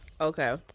Okay